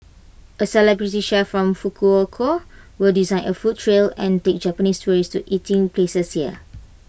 A celebrity chef from Fukuoka will design A food trail and take Japanese tourists to eating places here